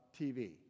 TV